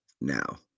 now